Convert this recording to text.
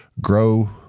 grow